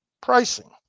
pricing